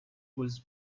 was